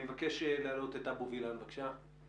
אני מבקש להעלות את אבו וילן, בבקשה.